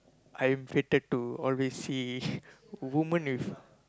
I'm fated to always see women with